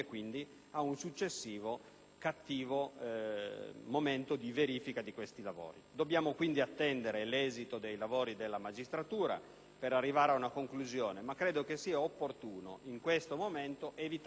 carente momento di verifica di quei lavori. Dobbiamo attendere l'esito delle indagini della magistratura per arrivare ad una conclusione, ma credo opportuno in questo momento evitare strumentalizzazioni politiche: